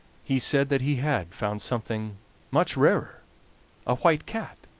he said that he had found something much rarer a white cat!